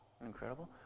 Incredible